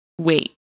wait